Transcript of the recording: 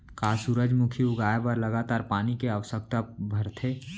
का सूरजमुखी उगाए बर लगातार पानी के आवश्यकता भरथे?